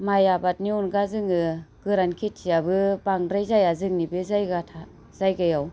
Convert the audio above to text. माइ आबादनि अनगा जोङो गोरान खेथियाबो बांद्राय जाया जोंनि बे जायगा था जायगायाव